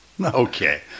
okay